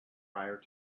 prior